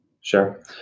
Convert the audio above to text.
Sure